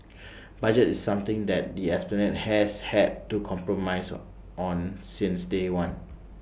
budget is something that the esplanade has had to compromise on since day one